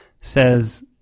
says